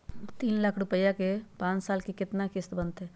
तीन लाख रुपया के पाँच साल के केतना किस्त बनतै?